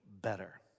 better